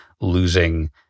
losing